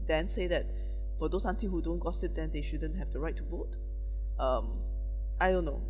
then say that for those aunty who don't gossip that they shouldn't have the right to vote um I don't know